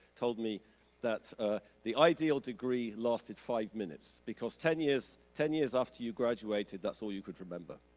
told me that the ideal degree lasted five minutes because ten years ten years after you graduated, that's all you could remember.